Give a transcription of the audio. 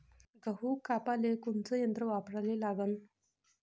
गहू कापाले कोनचं यंत्र वापराले लागन?